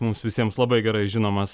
mums visiems labai gerai žinomas